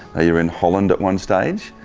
you were in holland at one stage,